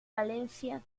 valencia